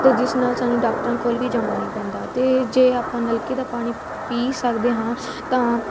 ਅਤੇ ਜਿਸ ਨਾਲ ਸਾਨੂੰ ਡਾਕਟਰਾਂ ਕੋਲ ਵੀ ਜਾਣਾ ਨਹੀਂ ਪੈਂਦਾ ਅਤੇ ਜੇ ਆਪਾਂ ਨਲਕੇ ਦਾ ਪਾਣੀ ਪੀ ਸਕਦੇ ਹਾਂ ਤਾਂ